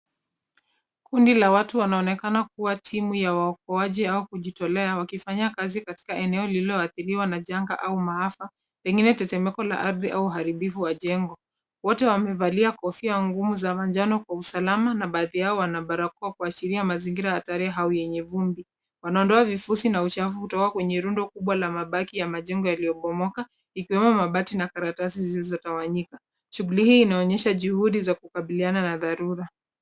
Kundi la watu wanaonekana kuwa timu ya waokoaji au kujitolea wakifanya kazi katika eneo lililoathiriwa na janga au maafa, pengine tetemeko la ardhi au uharibifu wa jengo. Wote wamevalia kofia ngumu za manjano kwa usalama na baadhi yao wana barakoa kwa ashiria mazingira hatari au yenye vumbi. Wanaondoa vifusi na uchafu kutoka kwenye rundo kubwa la mabaki ya majengo yaliyobomoka, ikiwemo mabati na karatasi zilizotawanyika. Shughuli hii inaonyesha juhudi za kukabiliana na dharura.